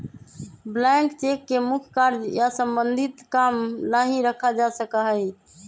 blank cheque के मुख्य कार्य या सम्बन्धित काम ला ही रखा जा सका हई